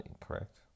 correct